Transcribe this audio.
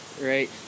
right